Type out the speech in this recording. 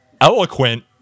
eloquent